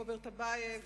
רוברט טיבייב,